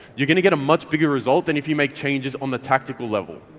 you're going to get a much bigger result than if you make changes on the tactical level.